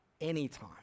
Anytime